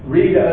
read